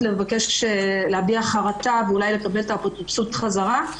להביע חרטה ואולי לקבל את האפוטרופסות חזרה,